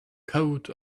coat